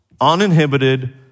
uninhibited